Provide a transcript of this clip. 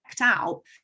out